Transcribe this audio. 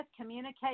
communicate